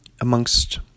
amongst